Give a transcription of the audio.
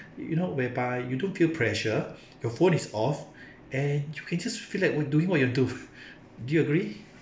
you know whereby you don't feel pressure your phone is off and you can just feel like what doing what you do do you agree